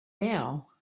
bail